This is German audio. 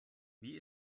wie